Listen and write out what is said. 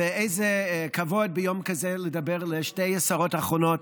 ואיזה כבוד ביום כזה לדבר אל שתי השרות האחרונות,